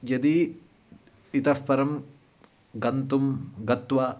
यदि इतःपरं गन्तुं गत्वा